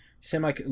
semi